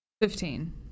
Fifteen